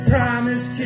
Promise